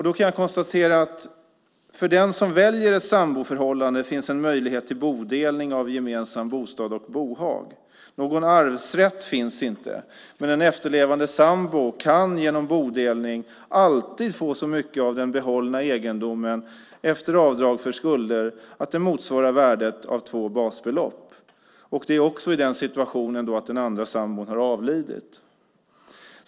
Då kan jag konstatera att det för den som väljer ett samboförhållande finns en möjlighet till bodelning av gemensam bostad och bohag. Någon arvsrätt finns inte, men en efterlevande sambo kan genom bodelning alltid få så mycket av den behållna egendomen, efter avdrag för skulder, att det motsvarar värdet av två basbelopp - också i den situationen att den andra sambon har avlidit.